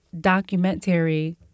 documentary